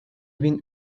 bin